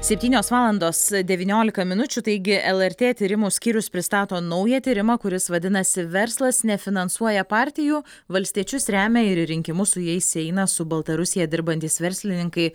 septynios valandos devyniolika minučių taigi lrt tyrimų skyrius pristato naują tyrimą kuris vadinasi verslas nefinansuoja partijų valstiečius remia ir į rinkimus su jais eina su baltarusija dirbantys verslininkai